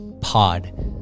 pod